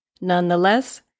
Nonetheless